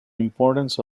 importance